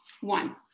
One